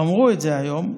אמרו את זה היום.